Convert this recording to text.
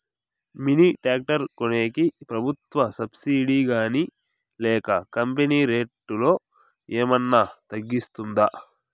Mini tractor కొనేకి ప్రభుత్వ subsidy గాని లేక కంపెని రేటులో ఏమన్నా తగ్గిస్తుందా?